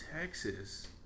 Texas